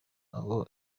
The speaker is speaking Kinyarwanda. abo